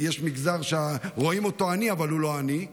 יש מגזר שרואים אותו עני אבל הוא לא עני,